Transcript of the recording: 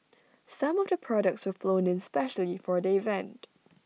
some of the products were flown in specially for the event